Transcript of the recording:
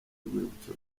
rwibutso